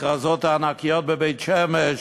הכרזות הענקיות בבית-שמש